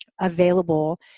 available